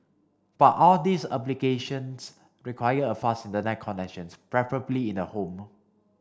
but all these applications require a fast Internet connections preferably in the home